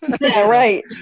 right